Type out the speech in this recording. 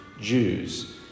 Jews